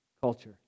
culture